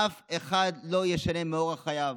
אף אחד לא ישנה את אורח חייו.